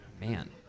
Man